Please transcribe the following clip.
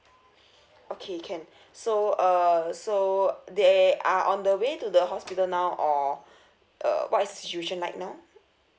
okay can so uh so they are on the way to the hospital now or err what is the situation like now